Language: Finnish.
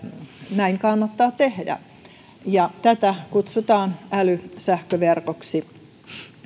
näin kannattaa tehdä tätä kutsutaan älysähköverkoksi